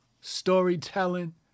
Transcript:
storytelling